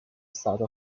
stata